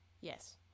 Yes